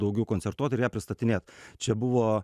daugiau koncertuot ir ją pristatinėt čia buvo